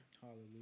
Hallelujah